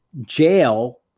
jail